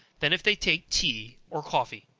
than if they take tea or coffee.